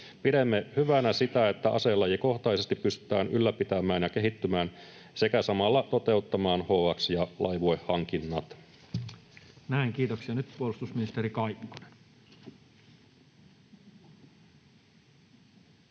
Pidämme hyvänä sitä, että aselajikohtaisesti pystytään ylläpitämään ja kehittymään sekä samalla toteuttamaan HX- ja Laivue-hankinnat. Näin, kiitoksia. — Nyt puolustusministeri Kaikkonen.